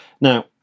Now